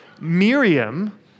Miriam